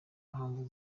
mpamvu